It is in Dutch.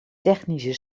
technische